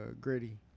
gritty